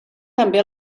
també